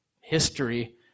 history